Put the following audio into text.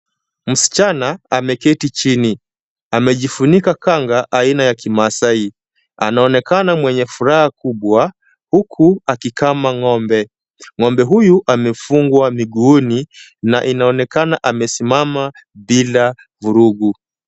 Msichana ameketi chini. Amejifunika kanga aina ya kimaasai. Anaonekana mwenye furaha kubwa, huku akikama ng'ombe. Ng'ombe huyu amefungwa miguuni na inaonekana amesimama bila vurugu.